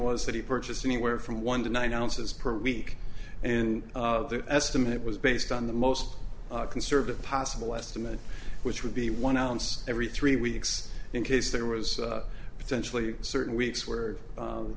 he purchased anywhere from one to nine ounces per week and the estimate was based on the most conservative possible estimate which would be one ounce every three weeks in case there was potentially certain weeks where